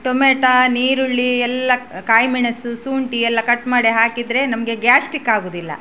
tomato ಈರುಳ್ಳಿ ಎಲ್ಲ ಕಾಯಿ ಮೆಣಸು ಶುಂಠಿ ಎಲ್ಲ ಕಟ್ ಮಾಡಿ ಹಾಕಿದರೆ ನಮಗೆ ಗ್ಯಾಸ್ಟಿಕ್ ಆಗುವುದಿಲ್ಲ